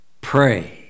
pray